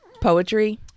poetry